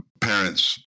parents